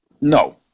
No